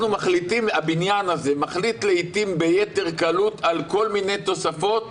הבניין הזה מחליט לעתים ביתר קלות על כל מיני תוספות